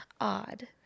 odd